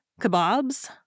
Kebabs